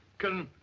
can